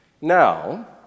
Now